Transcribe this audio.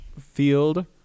Field